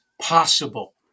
possible